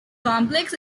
complex